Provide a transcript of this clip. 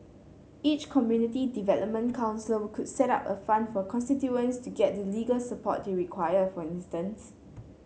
each community development council could set up a fund for constituents to get the legal support they require for instance